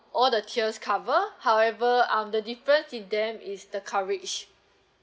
all the tiers cover however um the difference in them is the coverage